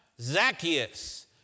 Zacchaeus